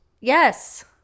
Yes